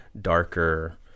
darker